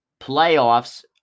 playoffs